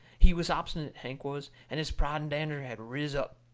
he was obstinate, hank was, and his pride and dander had riz up.